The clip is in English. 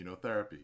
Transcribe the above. immunotherapy